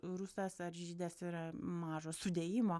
rusas ar žydas yra mažo sudėjimo